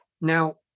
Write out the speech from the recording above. Now